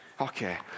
Okay